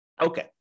Okay